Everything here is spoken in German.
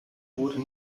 wurde